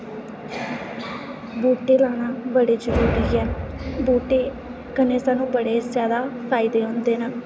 बूहटे लाना बड़े जरूरी ऐ बूहटे कन्नै सानूं बड़े ज्यादा फायदे होंदे न